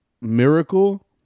miracle